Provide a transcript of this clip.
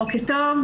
בוקר טוב.